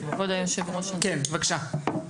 בבקשה.